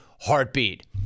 heartbeat